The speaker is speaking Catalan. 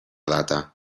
data